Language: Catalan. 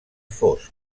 fosc